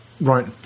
right